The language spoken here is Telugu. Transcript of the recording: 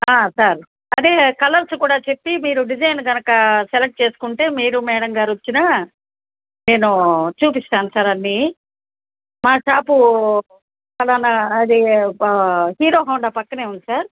సార్ అదే కలర్స్ కూడా చెప్పి మీరు డిజైన్ కనుక సెలెక్ట్ చేసుకుంటే మీరు మేడం గారొచ్చినా నేను చూపిస్తాను సార్ అన్నీ మా షాపు ఫలానా అది హీరో హోండా పక్కనే ఉంది సార్